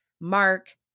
Mark